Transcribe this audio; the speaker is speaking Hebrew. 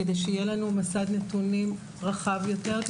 כדי שיהיה לנו מסד נתונים רחב יותר,